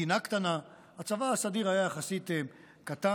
מדינה קטנה, והצבא הסדיר היה יחסית קטן,